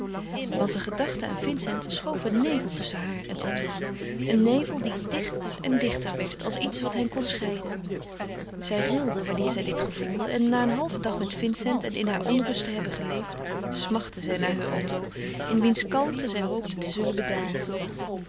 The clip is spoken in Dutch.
want de gedachte aan vincent schoof een nevel tusschen haar en otto een nevel die dichter en dichter werd als iets wat hen kon scheiden zij rilde wanneer zij dit gevoelde en na een halven dag met vincent en in hare onrust te hebben geleefd smachtte zij naar heur otto in wiens kalmte zij hoopte te bedaren